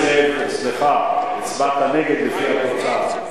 סליחה, הצבעת נגד, לפי התוצאה.